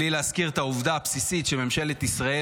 בלי להזכיר את העובדה הבסיסית שממשלת ישראל